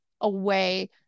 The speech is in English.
away